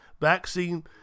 vaccine